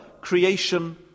creation